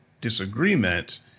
disagreement